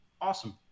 Awesome